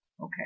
Okay